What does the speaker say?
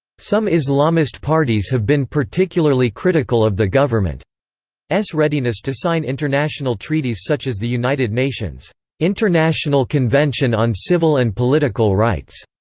some islamist parties have been particularly critical of the government's readiness to sign international treaties such as the united nations' international convention on civil and political rights.